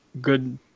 good